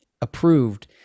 approved